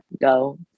go